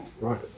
right